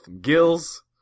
gills